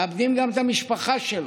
מאבדים גם את המשפחה שלו.